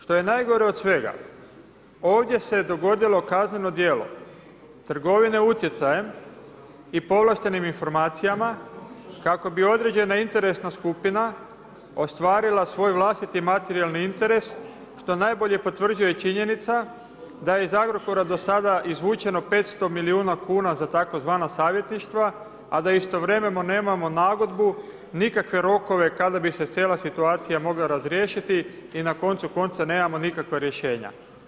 Što je najgore od svega, ovdje se dogodilo kazneno djelo trgovine utjecajem i povlaštenim informacijama kako bi određena interesna skupina ostvarila svoj vlastiti materijalni interes, što najbolje potvrđuje činjenica da je iz Agrokora do sada izvučeno 500 milijuna kuna za tzv. savjetništva, a da istovremeno nemamo nagodbu, nikakve rokove kada bi se cijela situacija mogla razriješiti i na koncu konca nemamo nikakva rješenja.